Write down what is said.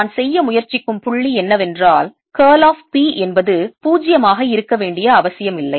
நான் செய்ய முயற்சிக்கும் புள்ளி என்னவென்றால் curl of P என்பது 0 ஆக இருக்க வேண்டிய அவசியமில்லை